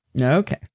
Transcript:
Okay